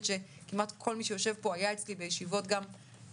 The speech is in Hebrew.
כמעט כל מי שיושב פה היה אצלי בישיבות פרטניות